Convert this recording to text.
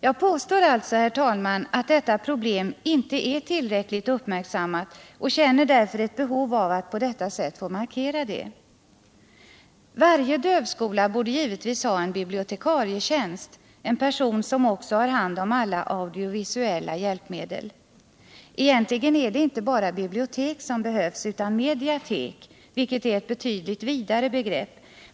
Jag påstår alltså, herr talman, att detta problem inte är tillräckligt uppmärksammat, och känner därför ett behov av att på detta sätt markera det. Varje dövskola borde givetvis ha en bibliotekarietjänst, en person som också har hand om alla audiovisuella hjälpmedel. Egentligen är det inte bara bibliotek som behövs utan även mediatek, vilket är ett betydligt vidare begrepp.